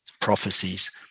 prophecies